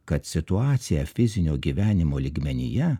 kad situacija fizinio gyvenimo lygmenyje